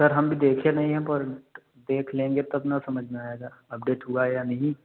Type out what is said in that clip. sir हम देखें नहीं हैं पर देख लेंगे तब न समझ में आएगा अपडेट हुआ है या नहीं